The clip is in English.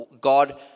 God